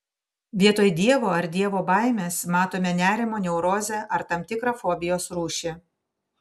vietoj dievo ar dievo baimės matome nerimo neurozę ar tam tikrą fobijos rūšį